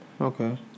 Okay